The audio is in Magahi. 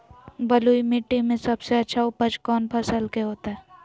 बलुई मिट्टी में सबसे अच्छा उपज कौन फसल के होतय?